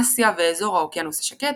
אסיה ואזור האוקיינוס השקט,